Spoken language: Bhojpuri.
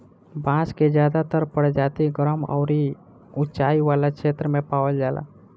बांस के ज्यादातर प्रजाति गरम अउरी उचाई वाला क्षेत्र में पावल जाला